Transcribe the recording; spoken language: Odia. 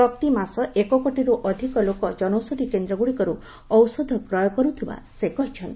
ପ୍ରତିମାସ ଏକକୋଟିରୁ ଅଧିକ ଲୋକ ଜନୌଷଧି କେନ୍ଦ୍ରଗୁଡିକରୁ ଔଷଧ କ୍ରୟ କରୁଥିବା ସେ କହିଛନ୍ତି